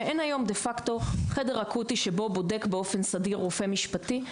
ואין היום דה-פקטו חדר אקוטי שבו בודק באופן סדיר רופא משפטי.